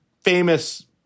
famous